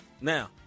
Now